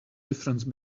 difference